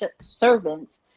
servants